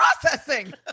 processing